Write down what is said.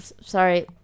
sorry